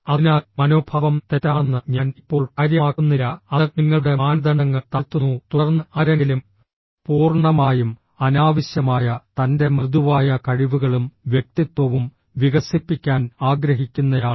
അതിനാൽ മനോഭാവം തെറ്റാണെന്ന് ഞാൻ ഇപ്പോൾ കാര്യമാക്കുന്നില്ല അത് നിങ്ങളുടെ മാനദണ്ഡങ്ങൾ താഴ്ത്തുന്നു തുടർന്ന് ആരെങ്കിലും പൂർണ്ണമായും അനാവശ്യമായ തൻ്റെ മൃദുവായ കഴിവുകളും വ്യക്തിത്വവും വികസിപ്പിക്കാൻ ആഗ്രഹിക്കുന്നയാൾ